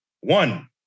one